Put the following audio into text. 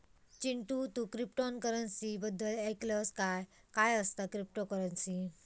चिंटू, तू क्रिप्टोकरंसी बद्दल ऐकलंस काय, काय असता क्रिप्टोकरंसी?